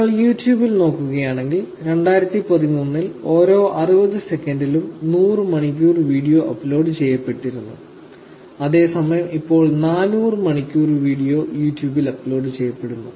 നിങ്ങൾ യൂട്യൂബിൽ നോക്കുകയാണെങ്കിൽ 2013 ൽ ഓരോ 60 സെക്കൻഡിലും 100 മണിക്കൂർ വീഡിയോ അപ്ലോഡ് ചെയ്യപ്പെട്ടിരുന്നു അതേസമയം ഇപ്പോൾ 400 മണിക്കൂർ വീഡിയോ യൂട്യൂബിൽ അപ്ലോഡ് ചെയ്യപ്പെടുന്നു